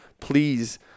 Please